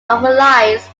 overlies